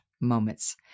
moments